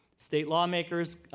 state lawmakers,